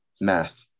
Math